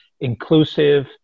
inclusive